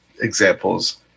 examples